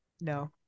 no